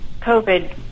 COVID